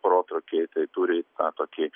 protrūkiai tai turi tą tokį